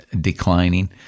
declining